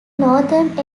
northern